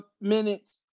minutes